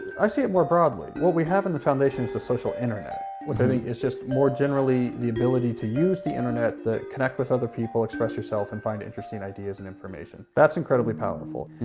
i see it more broadly what we have in the foundation is a social internet which i think is just more generally the ability to use the internet that connect with other people express yourself and find interesting ideas and information that's incredibly powerful.